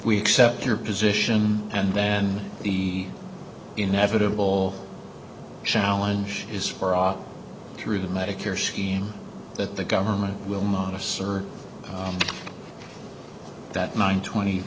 we accept your position and then the inevitable challenge is for all through the medicare scheme that the government will not assert that nine twenty